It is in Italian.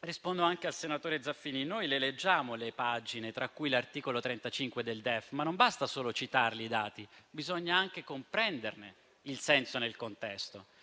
Rispondo anche al senatore Zaffini. Noi le leggiamo le pagine, tra cui l'articolo 35 del DEF, ma non basta solo citare i dati, bisogna anche comprenderne il senso nel contesto,